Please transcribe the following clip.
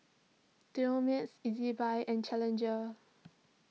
Dumex Ezbuy and Challenger